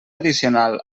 addicional